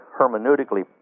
hermeneutically